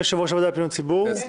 לוועדת הפנים,